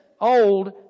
old